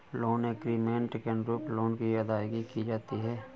loan agreement के अनुरूप loan की अदायगी की जाती है